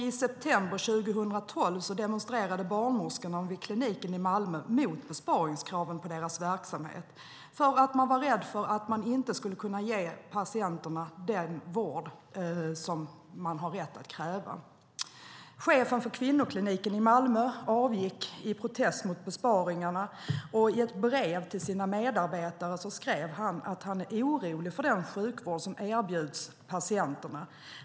I september 2012 demonstrerade barnmorskorna vid kliniken i Malmö mot besparingskraven på deras verksamhet. De var rädda för att de inte skulle kunna ge patienterna den vård som de har rätt att kräva. Chefen för kvinnokliniken i Malmö avgick i protest mot besparingarna. I ett brev till sina medarbetare skrev han att han var orolig för den sjukvård som erbjuds patienterna.